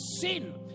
sin